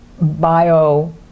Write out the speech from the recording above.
bio